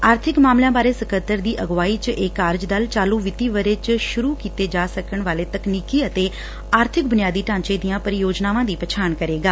ਆਰਬਿਕ ਮਾਮਲਿਆਂ ਬਾਰੇ ਸਕੱਤਰ ਦੀ ਅਗਵਾਈ ਚ ਇਹ ਕਾਰਜ ਦਲ ਚਾਲੁ ਵਿੱਤੀ ਵਰੇ ਚ ਸੁਰੁ ਕੀਤਾ ਜਾ ਸਕਣ ਵਾਲੇ ਤਕਨੀਕੀ ਅਤੇ ਆਰਥਿਕ ਬੁਨਿਆਦੀ ਢਾਂਚੇ ਦੀਆਂ ਪ੍ਰੀਯੋਜਨਾਵਾਂ ਦੀ ਪਛਾਣ ਕਰੇਗਾ